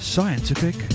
Scientific